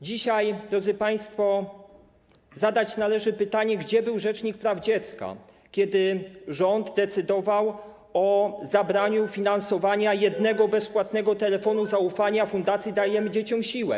Dzisiaj, drodzy państwo, zadać należy pytanie, gdzie był rzecznik praw dziecka, kiedy rząd decydował o zabraniu finansowania jednego bezpłatnego telefonu zaufania Fundacji Dajemy Dzieciom Siłę.